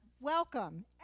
welcome